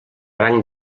rang